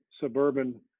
suburban